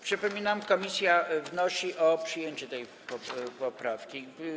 Przypominam, że komisja wnosi o przyjęcie tej poprawki.